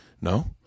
no